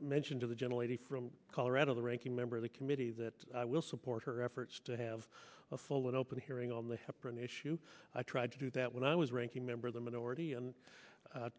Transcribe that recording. mention to the gentle lady from colorado the ranking member of the committee that will support her efforts to have a full and open hearing on the heparin issue i tried to do that when i was ranking member of the minority and